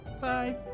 Bye